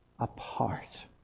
apart